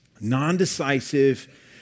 non-decisive